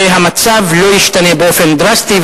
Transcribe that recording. והמצב לא ישתנה באופן דרסטי.